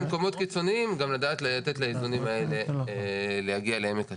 מקומות קיצוניים גם לדעת לתת לאיזונים האלה להגיע לעמק השווה.